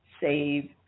Save